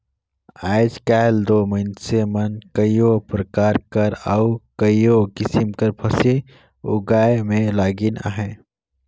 आएज काएल दो मइनसे मन कइयो परकार कर अउ कइयो किसिम कर फसिल उगाए में लगिन अहें